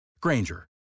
Granger